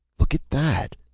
look at that,